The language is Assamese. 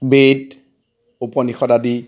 বেদ উপনিষদ আদি